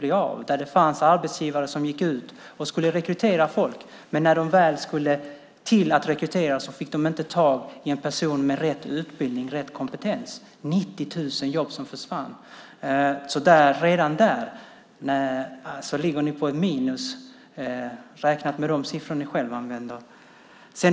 Det fanns alltså arbetsgivare som skulle rekrytera folk, men de fick inte tag i personer med rätt utbildning och kompetens. 90 000 jobb försvann! Redan där ligger ni på minus räknat med de siffror ni själva använder.